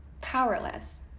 powerless